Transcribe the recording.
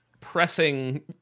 pressing